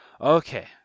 Okay